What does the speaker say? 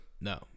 No